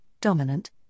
dominant